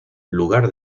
lugar